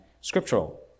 scriptural